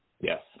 Yes